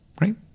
right